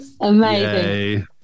Amazing